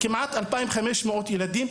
מדובר בכמעט 2,500 ילדים,